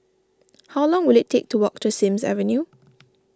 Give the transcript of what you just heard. how long will it take to walk to Sims Avenue